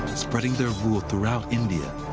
spreading their rule throughout india.